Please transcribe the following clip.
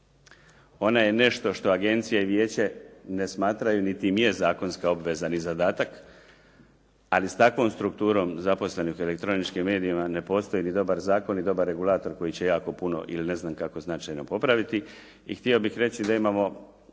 Ona je nešto što agencija i vijeće ne smatraju niti im je zakonska obveza ni zadatak, ali s takvom strukturom zaposlenih u elektroničkim medijima ne postoji ni dobar zakon ni dobar regulator koji će jako puno ili ne znam kako značajno popraviti. I htio bih reći da imamo